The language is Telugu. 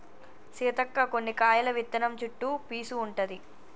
సీతక్క కొన్ని కాయల విత్తనం చుట్టు పీసు ఉంటది